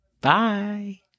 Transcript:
Bye